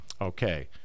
Okay